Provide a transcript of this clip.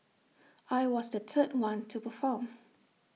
I was the third one to perform